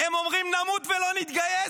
הם אומרים: נמות ולא נתגייס,